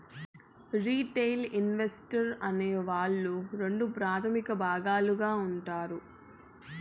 retail investor అనే వాళ్ళు రెండు ప్రాథమిక భాగాలుగా ఉంటారు